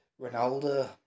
Ronaldo